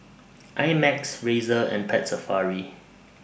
I Max Razer and Pet Safari